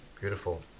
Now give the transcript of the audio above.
Beautiful